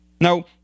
Now